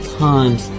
times